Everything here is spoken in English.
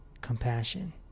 compassion